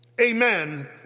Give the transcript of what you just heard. Amen